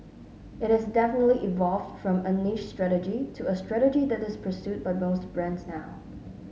it has definitely evolved from a niche strategy to a strategy that is pursued by most brands now